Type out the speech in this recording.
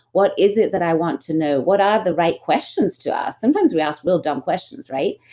what is it that i want to know, what are the right questions to ask, sometimes we ask real dumb questions, right?